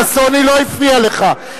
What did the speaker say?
תגידי מה את אומרת על ראש הממשלה בקבוצות שלך.